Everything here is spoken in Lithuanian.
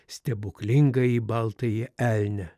stebuklingąjį baltąjį elnią